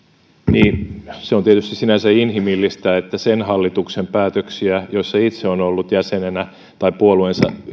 niin se on tietysti sinänsä inhimillistä että sen hallituksen päätöksiä jossa itse on ollut jäsenenä tai puolueensa